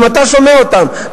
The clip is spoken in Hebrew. גם אתה שומע אותם,